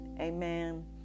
Amen